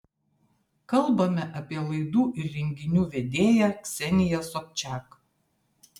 kalbame apie laidų ir renginių vedėja kseniją sobčak